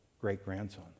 great-grandson